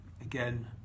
again